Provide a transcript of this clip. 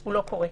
לא קורה.